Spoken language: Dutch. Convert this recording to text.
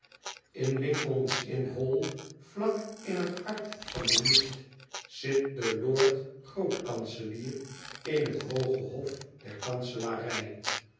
in lincoln s inn hall vlak in het hart van den mist zit de lord groot kanselier in het hooge hof der kanselarij